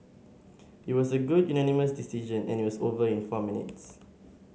it was a good unanimous decision and it was over in four minutes